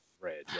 red